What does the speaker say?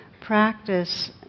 practice